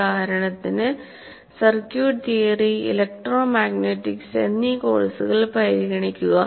ഉദാഹരണത്തിന് circuit theory electromagnetics എന്നീ കോഴ്സുകൾ പരിഗണിക്കുക